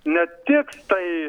netiks tai